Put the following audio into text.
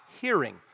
hearing